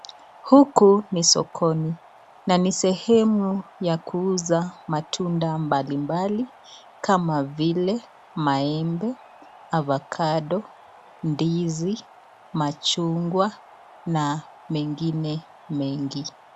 Huku ni sokoni na ni sehemu ya kuuza matunda mbalimbali kama vile maembe, avokado , ndizi, machungwa na mengine mengi.